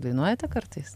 dainuojate kartais